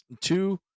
two